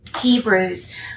Hebrews